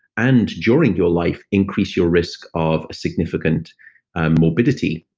and during your life, increase your risk of significant morbidity?